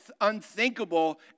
unthinkable